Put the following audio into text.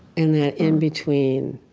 and that in between,